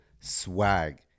swag